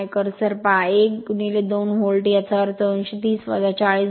cursor पहा 1 2 volt याचा अर्थ 230 40 0